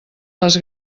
les